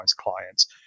clients